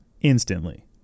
Instantly